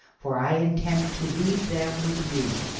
for i intend to leave them with you.